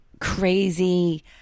crazy